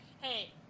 hey